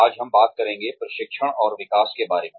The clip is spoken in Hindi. आज हम बात करेंगे प्रशिक्षण और विकास के बारे में